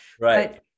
Right